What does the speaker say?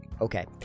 Okay